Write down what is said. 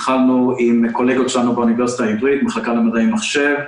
התחלנו עם קולגות שלנו באוניברסיטה העברית במחלקה למדעי מחשב,